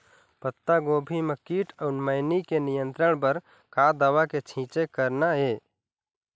पत्तागोभी म कीट अऊ मैनी के नियंत्रण बर का दवा के छींचे करना ये?